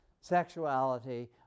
sexuality